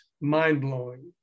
mind-blowing